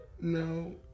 No